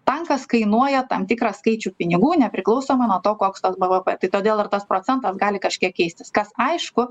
tankas kainuoja tam tikrą skaičių pinigų nepriklausomai nuo to koks tas bvp tai todėl ir tas procentas gali kažkiek keistis kas aišku